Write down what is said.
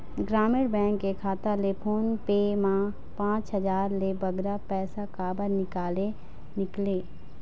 ग्रामीण बैंक के खाता ले फोन पे मा पांच हजार ले बगरा पैसा काबर निकाले निकले?